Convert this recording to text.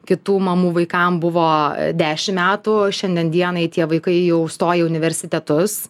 kitų mamų vaikam buvo dešimt metų šiandien dienai tie vaikai jau stoja į universitetus